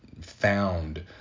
found